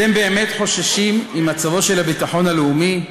אתם באמת חוששים למצבו של הביטחון הלאומי?